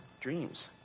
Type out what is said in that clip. dreams